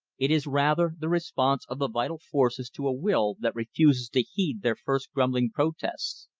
it is rather the response of the vital forces to a will that refuses to heed their first grumbling protests.